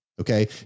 Okay